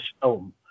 film